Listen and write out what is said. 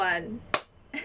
one